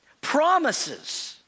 Promises